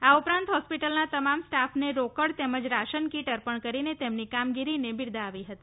આ ઉપરાંત હોસ્પિટલના તમામ સ્ટાફને રોકડ તેમજ રાશન કીટ અર્પણ કરીને તેમની કામગીરીને બિરદાવી હતી